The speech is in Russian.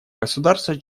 государства